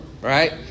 right